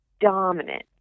dominant